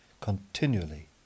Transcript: continually